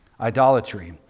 Idolatry